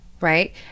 right